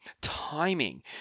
timing